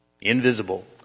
invisible